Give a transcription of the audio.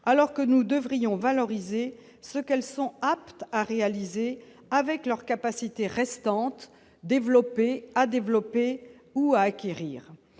alors que nous devrions valoriser ce qu'elles sont aptes à réaliser avec leurs capacités restantes développé à développer ou acquérir